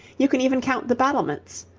you can even count the battlements.